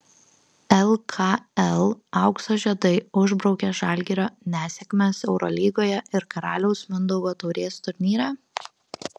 lkl aukso žiedai užbraukė žalgirio nesėkmes eurolygoje ir karaliaus mindaugo taurės turnyre